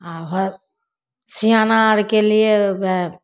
आओर भर सिआना आओरके लिए वएह